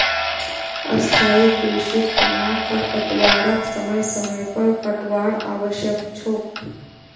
स्थाई कृषिर तना खरपतवारक समय समय पर काटवार आवश्यक छोक